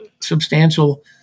substantial